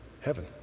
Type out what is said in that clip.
heaven